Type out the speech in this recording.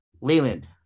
Leland